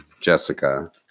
Jessica